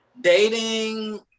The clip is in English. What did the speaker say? Dating